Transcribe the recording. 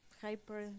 hyper